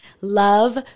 Love